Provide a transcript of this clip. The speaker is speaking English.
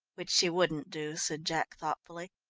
which she wouldn't do, said jack thoughtfully.